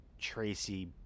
Tracy